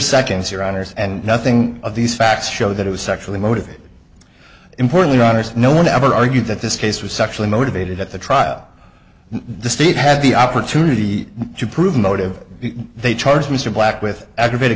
seconds or owners and nothing of these facts show that it was sexually motivated importantly honest no one ever argued that this case was sexually motivated at the trial the state had the opportunity to prove motive they charge mr black with aggravated